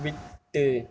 விட்டு